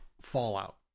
fallout